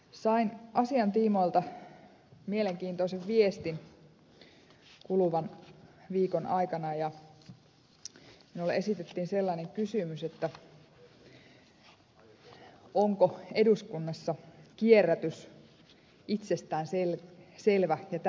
sain asian tiimoilta mielenkiintoisen viestin kuluvan viikon aikana ja minulle esitettiin sellainen kysymys onko eduskunnassa kierrätys itsestäänselvä ja tärkeä asia